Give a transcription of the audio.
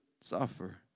suffer